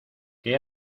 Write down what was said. qué